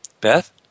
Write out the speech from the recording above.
Beth